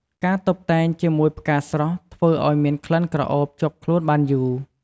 ការតុបតែងជាមួយផ្កាស្រស់ធ្វើអោយមានក្លិនក្រអូបជាប់ខ្លូនបានយូរ។